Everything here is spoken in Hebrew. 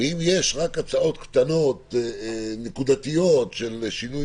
ואם יש רק הצעות קטנות נקודתיות של שינויי